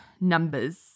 numbers